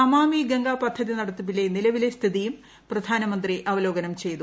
നമാമി ഗംഗാ പദ്ധതി നടത്തിപ്പിലെ നിലവിലെ സ്ഥിതിയും പ്രധാനമന്ത്രി അവലോകനം ചെയ്തു